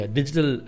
Digital